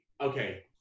okay